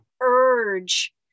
urge